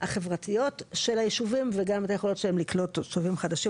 החברתיות של הישובים וגם את היכולות שלהם לקלוט תושבים חדשים.